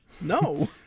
No